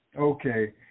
Okay